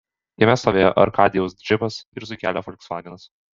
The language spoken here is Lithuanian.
kieme stovėjo arkadijaus džipas ir zuikelio folksvagenas